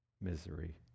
misery